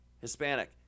Hispanic